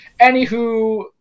Anywho